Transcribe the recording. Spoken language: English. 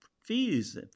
fees